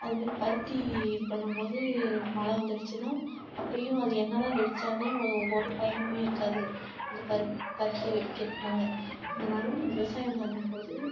அது மாரி பருத்தி இது பண்ணம் போது மழை வந்துருச்சுனா அப்போயும் அது என்ன தான் வெடிச்சாலும் அது ஒரு பயனுமே இருக்காது இந்த பரு பருத்தி வெடிக்கிறதுனால இதனால் விவசாயம் பண்ணும் போது